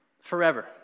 forever